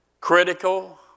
critical